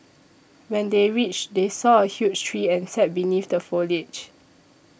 when they reached they saw a huge tree and sat beneath the foliage